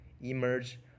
emerge